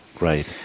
Right